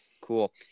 Cool